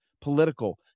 political